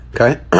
Okay